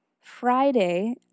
Friday